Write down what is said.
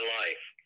life